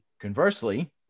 Conversely